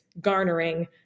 garnering